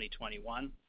2021